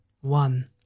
One